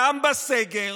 גם בסגר,